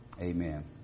Amen